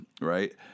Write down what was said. right